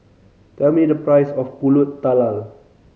tell me the price of Pulut Tatal